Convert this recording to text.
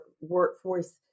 workforce